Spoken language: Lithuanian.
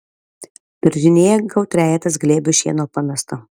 daržinėje gal trejetas glėbių šieno pamesta